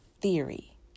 theory